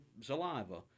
saliva